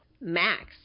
max